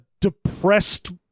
depressed